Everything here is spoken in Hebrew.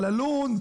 אבל ללון,